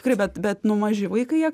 tikrai bet bet nu maži vaikai jie